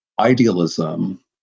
idealism